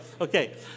Okay